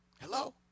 Hello